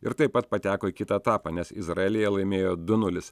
ir taip pat pateko į kitą etapą nes izraelyje laimėjo du nulis